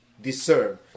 deserve